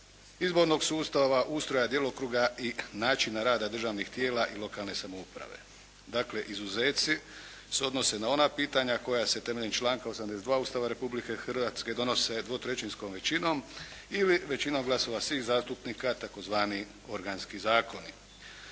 izbornog sustava, ustroja djelokruga i načina rada državnih tijela i lokalne samouprave. Dakle izuzeci se odnose na ona pitanja koja se temeljem članka 82. Ustava Republike Hrvatske donose dvotrećinskom većinom ili većinom glasova svih zastupnika tzv. organski zakoni.